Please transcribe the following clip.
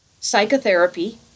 psychotherapy